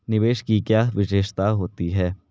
निवेश की क्या विशेषता होती है?